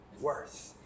worth